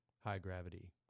high-gravity